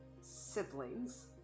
siblings